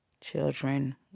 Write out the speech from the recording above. children